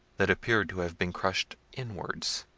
that appeared to have been crushed inwards.